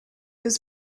was